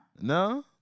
no